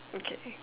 okay